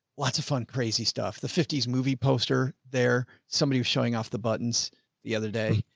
lots of fun, crazy stuff. the fifties movie poster there, somebody was showing off the buttons the other day.